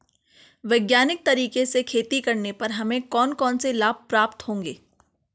वैज्ञानिक तरीके से खेती करने पर हमें कौन कौन से लाभ प्राप्त होंगे?